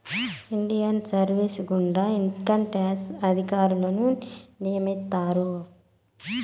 Indian service గుండా income tax అధికారులను నియమిత్తారు